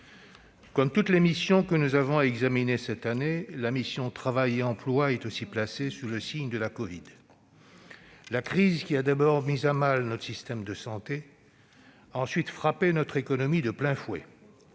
comme toutes les missions que nous avons examinées cette année, la mission « Travail et emploi » est placée sous le signe de la covid. La crise, qui a d'abord mis à mal notre système de santé, a ensuite frappé notre économie de plein fouet.